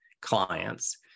clients